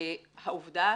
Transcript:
העובדה